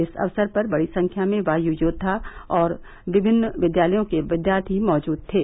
इस अवसर पर बड़ी संख्या में वायु योद्वा अजर विभिन्न विद्यालयों के विद्यार्थी मौजूद थे